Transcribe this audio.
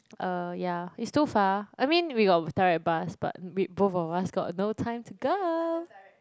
uh ya it's too far I mean we got direct bus but we both of us got no time to go